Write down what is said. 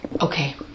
Okay